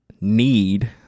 need